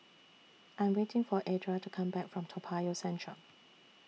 I Am waiting For Edra to Come Back from Toa Payoh Central